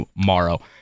tomorrow